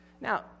Now